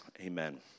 Amen